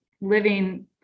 living